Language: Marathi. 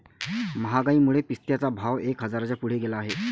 महागाईमुळे पिस्त्याचा भाव एक हजाराच्या पुढे गेला आहे